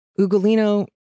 Ugolino